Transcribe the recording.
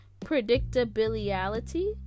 predictability